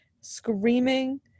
screaming